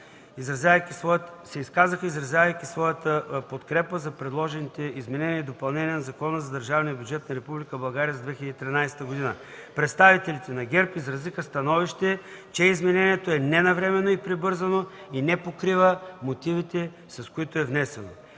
се изказаха, изразявайки своята подкрепа за предложените изменения и допълнения на Закона за държавния бюджет на Република България за 2013 г. Представителите на ГЕРБ изразиха становище, че изменението е ненавременно и прибързано и не покрива мотивите, с които е внесено.